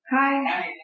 Hi